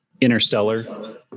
Interstellar